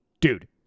Dude